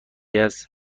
است